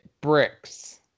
Bricks